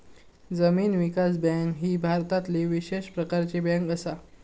जमीन विकास बँक ही भारतातली विशेष प्रकारची बँक असा